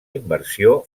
inversió